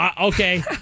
Okay